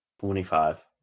Twenty-five